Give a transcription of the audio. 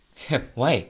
why